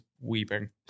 weeping